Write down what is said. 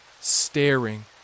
staring